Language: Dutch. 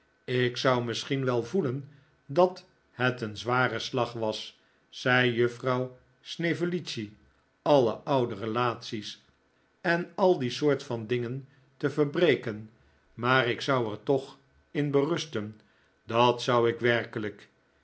ik zou misschien wel voelen dat het een zware slag was zei juffrouw snevellicci alle oude relaties en al die soort van dingen te verbreken maar ik zou er toch in berusten dat zou ik werkelijk